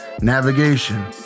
Navigation